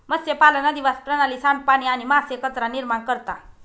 मत्स्यपालन अधिवास प्रणाली, सांडपाणी आणि मासे कचरा निर्माण करता